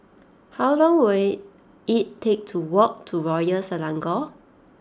how long will it take to walk to Royal Selangor